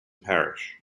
parish